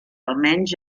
almenys